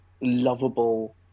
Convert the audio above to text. lovable